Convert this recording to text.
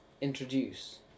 introduce